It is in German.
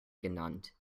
genannt